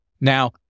Now